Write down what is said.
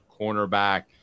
cornerback